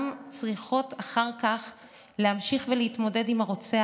גם צריכות אחר כך להמשיך ולהתמודד עם הרוצח